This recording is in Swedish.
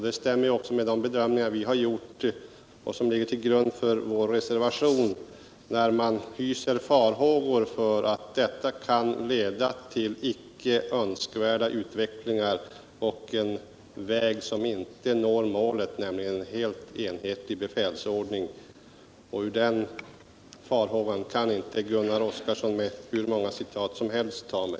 Det stämmer även med de bedömningar som vi har gjort och som ligger till grund för vår reservation. Vi hyser farhåga för att detta kan leda till icke önskvärda utvecklingar och är en väg som inte når målet, nämligen en helt enhetlig befälsordning. Ur den farhågan kan inte Gunnar Oskarson med hur många citat som helst ta mig.